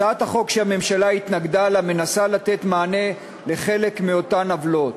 הצעת החוק שהממשלה התנגדה לה מנסה לתת מענה על חלק מאותן עוולות.